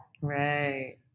Right